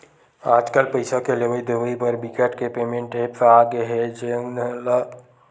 आजकल पइसा के लेवइ देवइ बर बिकट के पेमेंट ऐप्स आ गे हे जउन ल डिजिटल वॉलेट या ई वॉलेट घलो केहे जाथे